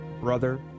brother